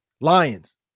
Lions